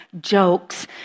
jokes